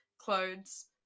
clothes